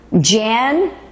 Jan